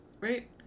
right